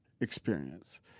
experience